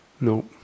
no